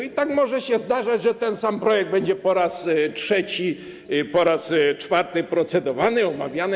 I tak może się zdarzać, że ten sam projekt będzie po raz trzeci, po raz czwarty procedowany, omawiany.